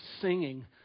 singing